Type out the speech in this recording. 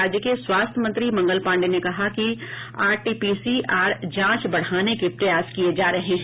राज्य के स्वास्थ्य मंत्री मंगल पांडे ने कहा कि R T P C R जांच बढाने के प्रयास किये जा रहे हैं